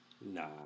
Nah